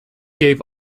gave